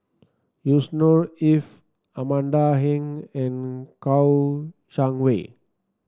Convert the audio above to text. Yusnor Ef Amanda Heng and Kouo Shang Wei